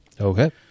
Okay